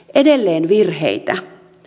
edelleen virheitä